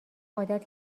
عادت